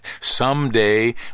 Someday